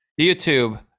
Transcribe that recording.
YouTube